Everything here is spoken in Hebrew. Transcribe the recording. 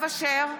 יעקב אשר,